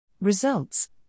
Results